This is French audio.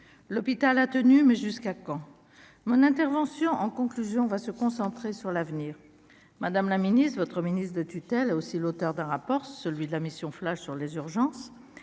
l'hôpital a tenu, mais jusqu'à quand mon intervention en conclusion, on va se concentrer sur l'avenir, madame la Ministre votre ministre de tutelle aussi l'auteur d'un rapport, celui de la mission flash sur les urgences